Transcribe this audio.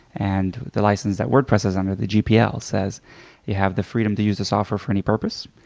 and the license that wordpress is under, the gpl, says you have the freedom to use the software for any purpose.